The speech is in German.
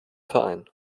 verein